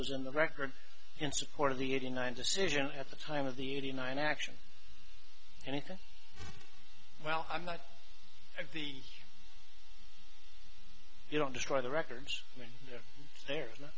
was in the record in support of the eighty nine decision at the time of the eighty nine action anything well i'm not at the you don't destroy the records from there